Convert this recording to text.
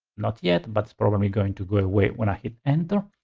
not yet, but it's probably going to go away when i hit enter.